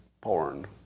porn